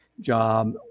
job